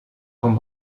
com